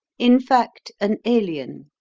in fact, an alien.